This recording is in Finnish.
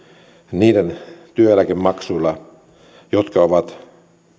niiden työeläkemaksuilla jotka ovat